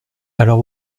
alors